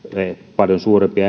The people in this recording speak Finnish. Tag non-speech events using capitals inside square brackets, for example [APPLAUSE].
paljon suurempia [UNINTELLIGIBLE]